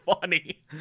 funny